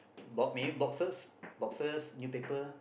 bob me boxes boxes new paper